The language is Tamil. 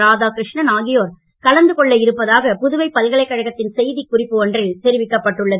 ராதாகிருஷ்ணன் ஆகியோர் கலந்து கொள்ள இருப்பதாக புதுவை பல்கலைக்கழகத்தின் செய்திக் குறிப்பு ஒன்றில் தெரிவிக்கப்பட்டு உள்ளது